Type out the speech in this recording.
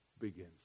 begins